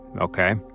okay